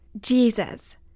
jesus